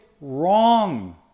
wrong